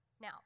Now